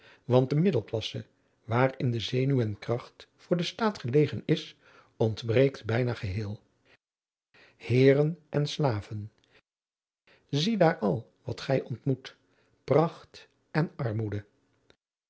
want de middelklasse waar in de zenuw en kracht voor den staat gelegen is ontbreekt bijna geheel heeren en slaven zie daar al wat gij ontmoet pracht en armoede